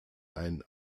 ein